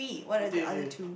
did you